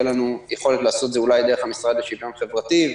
לנו יכולת לעשות את זה אולי דרך המשרד לשוויון חברתי.